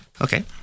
okay